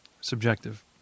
subjective